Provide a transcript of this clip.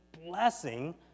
blessing